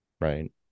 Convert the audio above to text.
Right